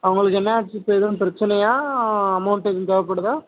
அவர்களுக்கு என்னாச்சு இப்போ எதுவும் பிரச்சினையா அமௌண்ட் எதுவும் தேவைப்படுதா